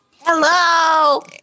Hello